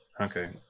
Okay